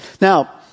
Now